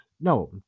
No